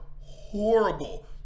horrible